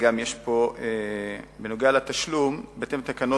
יש פה גם בנוגע לתשלום: בהתאם לתקנות